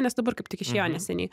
nes dabar kaip tik išėjo neseniai